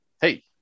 hey